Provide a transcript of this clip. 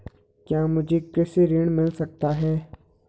क्या मुझे कृषि ऋण मिल सकता है?